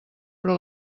però